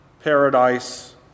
paradise